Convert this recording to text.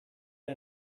ate